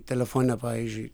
telefone pavyzdžiui